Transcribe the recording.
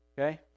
Okay